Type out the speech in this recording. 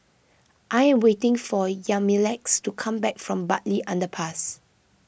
I am waiting for Yamilex to come back from Bartley Underpass